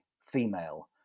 female